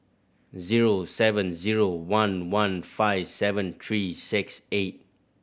zero seven zero one one five seven three six eight